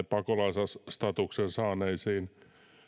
pakolaisstatuksen saaneisiin